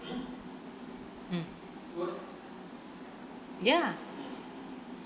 mm ya